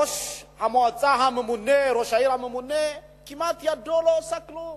ראש העיר הממונה, ידו כמעט לא עושה כלום.